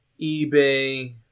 eBay